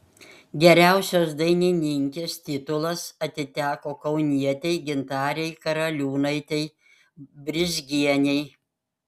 geriausios dainininkės titulas atiteko kaunietei gintarei karaliūnaitei brizgienei